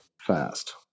fast